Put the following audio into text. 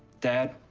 dad.